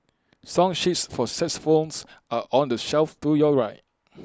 song sheets for xylophones are on the shelf to your right